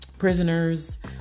prisoners